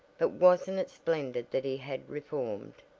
but wasn't it splendid that he had reformed!